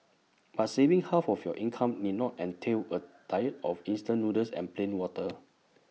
but saving half of your income need not entail A diet of instant noodles and plain water